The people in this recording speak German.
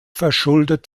verschuldet